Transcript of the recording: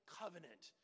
covenant